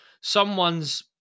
someone's